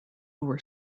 were